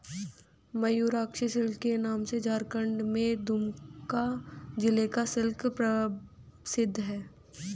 Mayurakshi silk के नाम से झारखण्ड के दुमका जिला का सिल्क प्रसिद्ध है